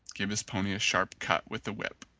gave his pony a sharp cut with the whip,